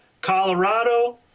Colorado